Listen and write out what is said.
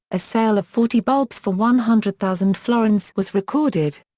a sale of forty bulbs for one hundred thousand florins was recorded.